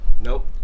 Nope